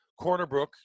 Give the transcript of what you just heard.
Cornerbrook